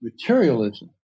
materialism